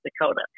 Dakota